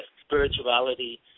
spirituality